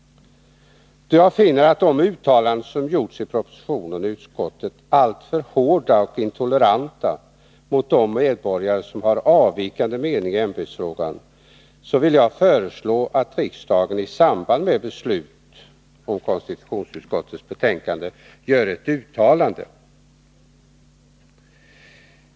Jag finner att de uttalanden som gjorts i proposition och utskott är alltför hårda och intoleranta mot de medborgare som har avvikande mening i ämbetsfrågan. Jag vill därför föreslå att riksdagen i samband med beslut om konstitutionsutskottets betänkande gör ett uttalande.